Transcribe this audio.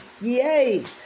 Yay